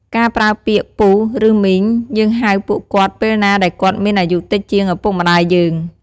ការប្រើពាក្យ "ពូ ឬមីង" យើងហៅពួកគាត់ពេលណាដែលគាត់មានអាយុតិចជាងឪពុកម្តាយយើង។